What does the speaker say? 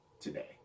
today